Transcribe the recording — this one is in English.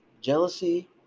jealousy